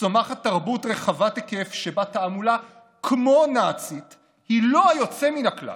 צומחת תרבות רחבת היקף שבה תעמולה כמו נאצית היא לא היוצא מן הכלל.